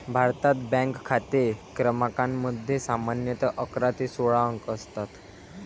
भारतात, बँक खाते क्रमांकामध्ये सामान्यतः अकरा ते सोळा अंक असतात